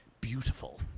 beautiful